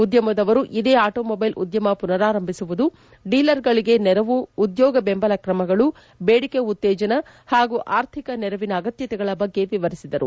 ಉದ್ಯಮದವರು ಇದೇ ಆಟೋಮೊಬೈಲ್ ಉದ್ಯಮ ಪುನಾರಾಂಭಿಸುವುದು ದೀಲರ್ಗಳಿಗೆ ನೆರವು ಉದ್ಯೋಗ ಬೆಂಬಲ ಕ್ರಮಗಳು ಬೇಡಿಕೆ ಉತ್ತೇಜನ ಹಾಗೂ ಆರ್ಥಿಕ ನೆರವಿನ ಅಗತ್ಯತೆಗಳ ಬಗ್ಗೆ ವಿವರಿಸಿದರು